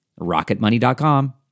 Rocketmoney.com